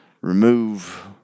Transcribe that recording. remove